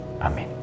Amen